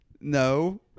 No